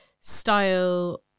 style